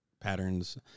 patterns